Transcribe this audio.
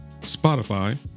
Spotify